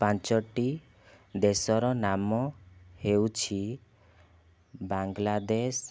ପାଞ୍ଚୋଟି ଦେଶର ନାମ ହେଉଛି ବାଂଲାଦେଶ